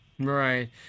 Right